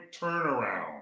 turnaround